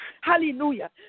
Hallelujah